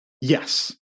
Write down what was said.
Yes